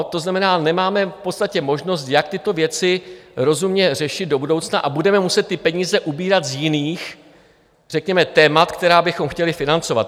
To znamená, nemáme v podstatě možnost, jak tyto věci rozumně řešit do budoucna, a budeme muset ty peníze ubírat z jiných řekněme témat, která bychom chtěli financovat.